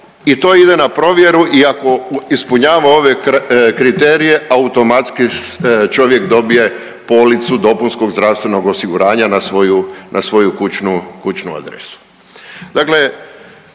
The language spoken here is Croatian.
i to ide na provjeru i ako ispunjava ove kriterije automatski čovjek dobije policu DZO-a na svoju kućnu adresu. Dakle,